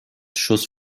schuss